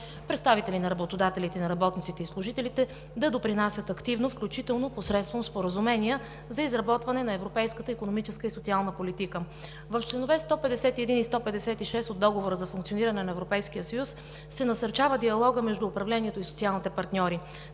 представителите на работодателите и на работниците и служителите, да допринасят активно, включително посредством споразумения, за изработване на европейската икономическа и социална политика. В чл. 151 и чл. 156 от Договора за функциониране на Европейския съюз се насърчава диалогът между управлението и социалните партньори.